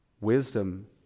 wisdom